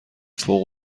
فوق